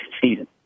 season